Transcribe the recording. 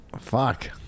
Fuck